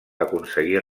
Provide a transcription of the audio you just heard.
aconseguir